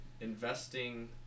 investing